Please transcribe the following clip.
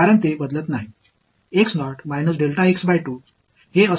இந்த வெளிப்பாடு இங்கே முடிந்துவிடும்